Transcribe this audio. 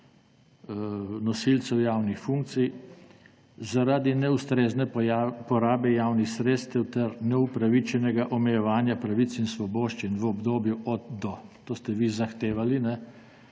nosilcev javnih funkcij zaradi neustrezne porabe javnih sredstev ter neupravičenega omejevanja pravic in svoboščin v obdobju od do. To ste vi zahtevali. Če